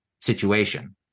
situation